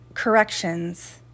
Corrections